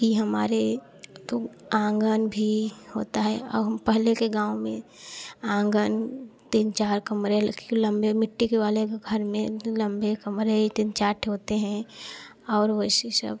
कि हमारे तो आँगन भी होता है और पहले के गाँव में आँगन तीन चार कमरे लंबे मिट्टी वाले घर में लंबे कमरे तीन चारठो होते हैं और वैसे सब